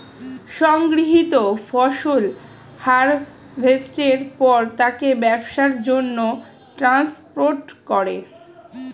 সংগৃহীত ফসল হারভেস্টের পর তাকে ব্যবসার জন্যে ট্রান্সপোর্ট করে